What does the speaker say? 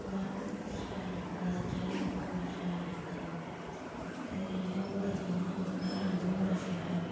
बड़ा मतलब शैल लग्गा दा चैह्रे उप्पर बड़ा शैल लग्गा दा ते इ'यां बी बड़ी सोह्ना कुरता रंग बी बड़ा शैल ऐ